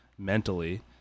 mentally